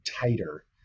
tighter